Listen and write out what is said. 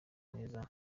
neza